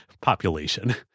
population